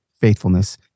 faithfulness